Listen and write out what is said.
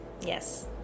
Yes